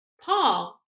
Paul